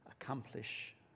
accomplish